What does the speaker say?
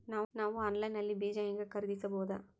ನಾವು ಆನ್ಲೈನ್ ನಲ್ಲಿ ಬೀಜ ಹೆಂಗ ಖರೀದಿಸಬೋದ?